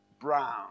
Brown